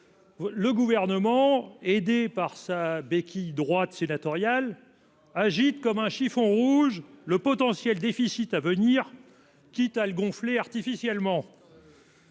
Le gouvernement aidée par sa béquille droite sénatoriale agite comme un chiffon rouge le potentiel déficit à venir. Quitte à le gonfler artificiellement.